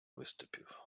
виступів